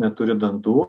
neturi dantų